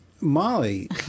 Molly